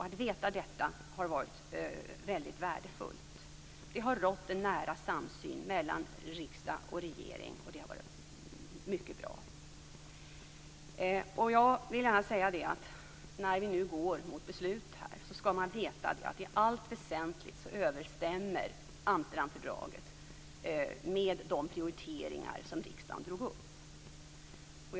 Att veta detta har varit väldigt värdefullt. Det har rått en nära samsyn mellan riksdag och regering, och det har varit mycket bra. När vi nu går mot beslut skall man veta att i allt väsentligt överensstämmer Amsterdamfördraget med de prioriteringar som riksdagen har gjort.